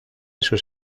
sus